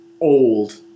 old